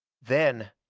then,